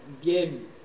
give